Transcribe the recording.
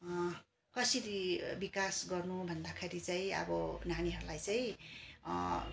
कसरी विकास गर्नु भन्दाखेरि चाहिँ अब नानीहरूलाई चाहिँ